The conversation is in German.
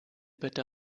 bitte